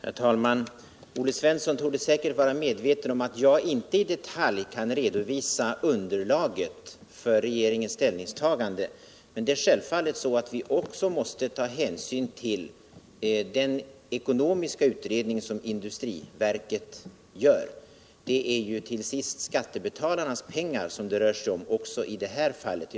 Herr talman! Olle Svensson torde säkerligen vara medveten om att jag inte i detalj kan redovisa underlaget för regeringens ställningstagande. Men det är självfallet att vi också måste ta hänsyn till den ekonomiska utredning som industriverket gör. Det är ju till sist skattebetalarnas pengar som det rör sig om också i det här fallet.